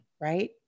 Right